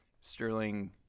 Sterling